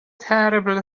terrible